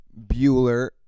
Bueller